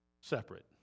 separate